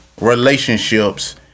relationships